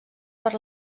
per